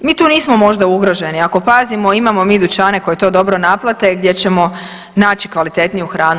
Mi tu nismo možda ugroženi, ako pazimo imamo mi dućane koji to dobro naplate gdje ćemo naći kvalitetniju hranu.